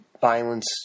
violence